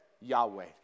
Yahweh